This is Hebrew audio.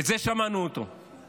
את זה שמענו כל הזמן.